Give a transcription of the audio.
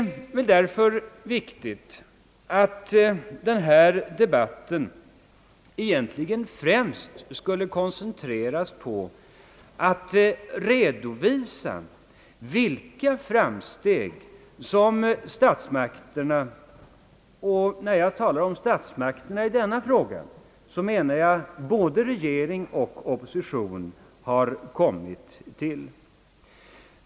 Därför borde denna debatt egentligen främst ha koncentrerats på att redovisa vilka konkreta planer och framsteg som statsmakterna — och när jag talar om statsmakterna i denna fråga menar jag både regering och opposition — har kommit till.